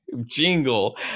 jingle